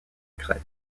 crète